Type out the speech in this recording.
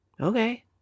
Okay